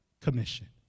commission